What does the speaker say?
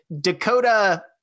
Dakota